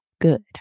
good